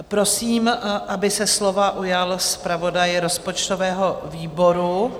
Prosím, aby se slova ujal zpravodaj rozpočtového výboru.